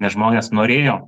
nes žmonės norėjo